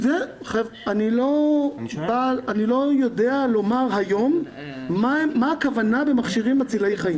אני לא יודע לומר היום מה הכוונה במכשירים מצילי חיים.